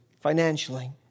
financially